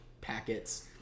packets